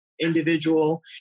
individual